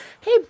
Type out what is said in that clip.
Hey